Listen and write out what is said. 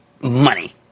money